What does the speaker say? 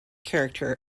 character